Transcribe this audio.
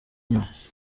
nyuma